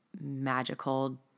magical